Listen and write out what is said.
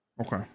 Okay